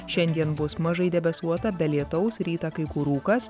šiandien bus mažai debesuota be lietaus rytą kai kur rūkas